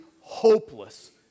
hopeless